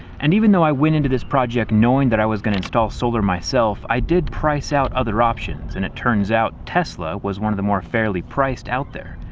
and even though i went into this project knowing that i was going to install solar myself, i did price out other options, and it turns out tesla was one of the more fairly priced out there.